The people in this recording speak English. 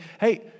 hey